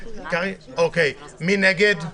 מי נגד?